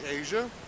Asia